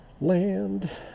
land